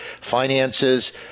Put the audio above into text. finances